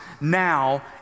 now